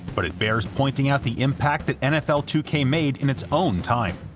but it bears pointing out the impact that nfl two k made in its own time.